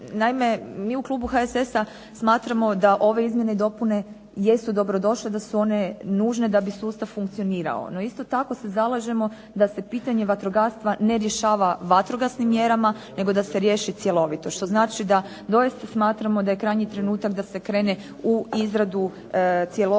naime mi u klubu HSS-a smatramo da ove izmjene i dopune jesu dobro došle, da su one nužne da bi sustav funkcionirao. No, isto tako se zalažemo da se pitanje vatrogastva ne rješava vatrogasnim mjerama, nego da se riješi cjelovito. Što znači da doista smatramo da je krajnji trenutak da se krene u izradu cjelovitog